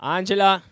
Angela